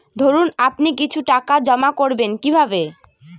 ধরুন আপনি কিছু টাকা জমা করবেন কিভাবে?